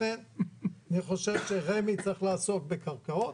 לכן אני חושב ש-רמ"י צריך לעסוק בקרקעות.